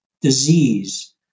disease